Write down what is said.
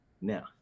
Now